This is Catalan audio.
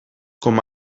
com